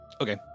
okay